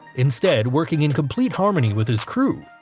instead working in complete harmony with his crew,